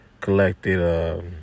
collected